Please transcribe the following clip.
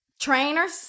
trainers